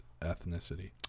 ethnicity